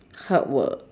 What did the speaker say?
hard work